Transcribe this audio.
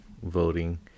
Voting